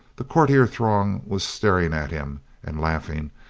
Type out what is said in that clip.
the courtier throng was staring at him and laughing,